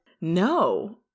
No